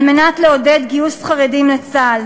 על מנת לעודד גיוס חרדים לצה"ל